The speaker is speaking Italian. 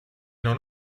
non